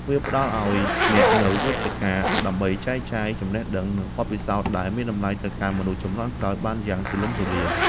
វាផ្ដល់ឱ្យអ្នកនូវវេទិកាដើម្បីចែកចាយចំណេះដឹង និងបទពិសោធន៍ដែលមានតម្លៃទៅកាន់មនុស្សជំនាន់ក្រោយបានយ៉ាងទូលំទូលាយ។